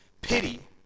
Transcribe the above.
Pity